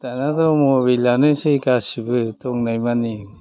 दानियाथ' मबाइलानोसै गासैबो दंनायमानि